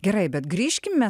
gerai bet grįžkime